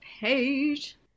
page